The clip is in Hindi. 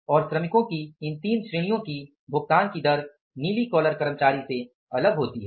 और श्रमिकों की इन तीन श्रेणियों की भुगतान की दर नीली कॉलर कर्मचारी से अलग होती हैं